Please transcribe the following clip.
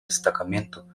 destacamento